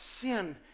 sin